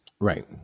Right